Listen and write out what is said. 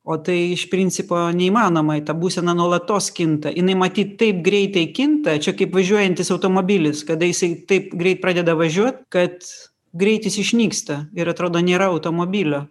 o tai iš principo neįmanoma ta būsena nuolatos kinta jinai matyt taip greitai kinta čia kaip važiuojantis automobilis kada jisai taip greit pradeda važiuot kad greitis išnyksta ir atrodo nėra automobilio